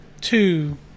two